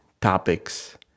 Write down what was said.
topics